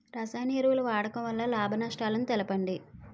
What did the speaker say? రసాయన ఎరువుల వాడకం వల్ల లాభ నష్టాలను తెలపండి?